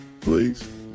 please